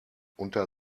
unter